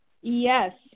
Yes